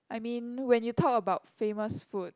I mean when you talk about famous food